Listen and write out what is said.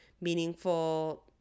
meaningful